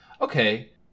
Okay